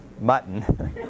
mutton